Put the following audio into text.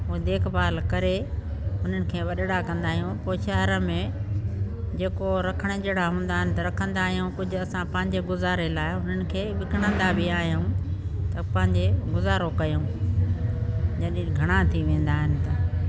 पोइ देखभाल करे उन्हनि खे वॾिड़ा कंदा आहियूं पोइ शहर में जेको रखण जहिड़ा हूंदा आहिनि त रखंदा आहियूं कुझु असां पंहिंजे गुज़ारे लाइ उन्हनि खे विकिणंदा बि आहियूं त पंहिंजो गुज़ारो कयूं जॾी घणा थी वेंदा आहिनि त